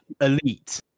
Elite